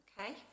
okay